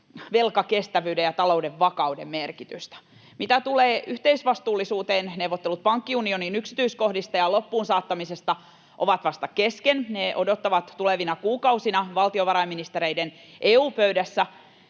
velkakestävyyden ja talouden vakauden merkitystä. Mitä tulee yhteisvastuullisuuteen, neuvottelut pankkiunionin yksityiskohdista ja loppuun saattamisesta ovat vasta kesken. Ne odottavat tulevina kuukausina valtiovarainministereiden EU-pöydässä,